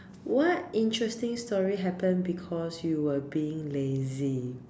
what interesting story happen because you were being lazy